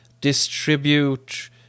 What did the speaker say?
distribute